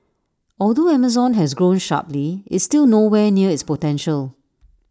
although Amazon has grown sharply IT is still nowhere near its potential